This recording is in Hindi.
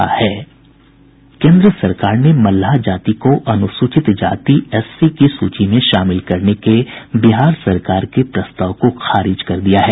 केन्द्र सरकार ने मल्लाह जाति को अनुसूचित जाति एससी की सूची में शामिल करने के बिहार सरकार के प्रस्ताव को खारिज कर दिया है